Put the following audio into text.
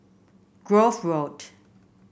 Grove Road